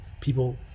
people